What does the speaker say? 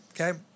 okay